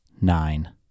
nine